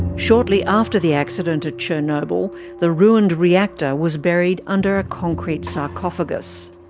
shortly after the accident at chernobyl, the ruined reactor was buried under a concrete sarcophagus.